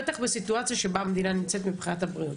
בטח בסיטואציה שבה המדינה נמצאת מבחינת הבריאות.